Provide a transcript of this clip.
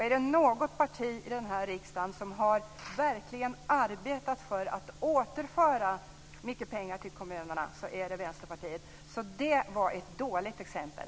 Är det något parti i den här riksdagen som verkligen har arbetat för att återföra mycket pengar till kommunerna så är det Vänsterpartiet, så det var ett dåligt exempel.